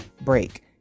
break